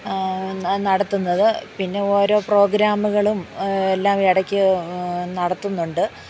നടത്തുന്നത് പിന്നെ ഓരോ പ്രോഗ്രാമുകളും എല്ലാം ഇടയ്ക്ക് നടത്തുന്നുണ്ട്